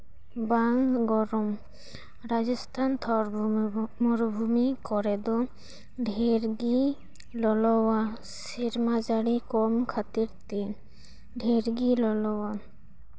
ᱵᱟᱝ ᱜᱚᱨᱚᱢ ᱨᱟᱡᱚᱥᱛᱦᱟᱱ ᱛᱷᱚᱨ ᱢᱩᱨᱩᱵᱷᱩᱢᱤ ᱠᱚᱨᱮ ᱫᱚ ᱰᱷᱮᱨ ᱜᱮ ᱞᱚᱞᱚᱣᱟ ᱥᱮᱨᱢᱟ ᱡᱟᱹᱲᱤ ᱠᱚᱢ ᱠᱷᱟᱹᱛᱤᱨ ᱛᱮ ᱰᱷᱮᱨ ᱜᱮ ᱞᱚᱞᱚᱣᱟ